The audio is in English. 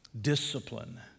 discipline